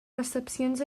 recepcions